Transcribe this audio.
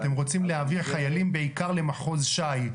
אתם רוצים להעביר חיילים בעיקר למחוז ש"י,